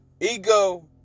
ego